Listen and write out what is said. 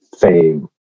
fame